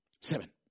Seven